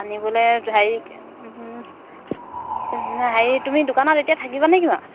আনিবলৈ হেৰি হেৰি তুমি দোকানত এতিয়া থাকিবা নেকি বাৰু